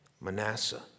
Manasseh